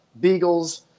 Beagles